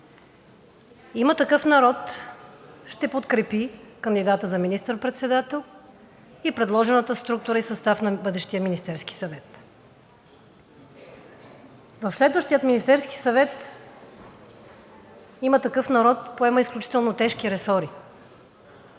„Има такъв народ“ ще подкрепи кандидата за министър-председател и предложената структура и състав на бъдещия Министерски съвет. В следващия Министерски съвет „Има такъв народ“ поема изключително тежки ресори